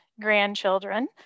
grandchildren